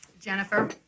Jennifer